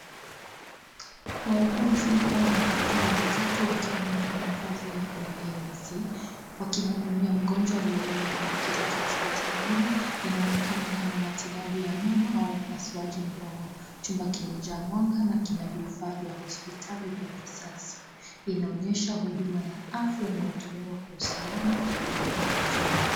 Wahuguzi au madaktari watatu wakiwa wamevaa mavazi ya ulinzi, wamkimhudumia mgonjwa aliyelala kwenye kiti cha hospitalini. Inaonekana kama matibabu ya meno au upasuaji mdogo. Chumba kimejaa mwanga na kina vifaa vya hospitali vya kisasa. Inaonyesha huduma ya afya inayotolewa kwa usalama na umakini.